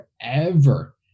forever